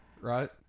right